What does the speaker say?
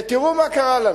ותראו מה קרה לנו.